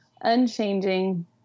unchanging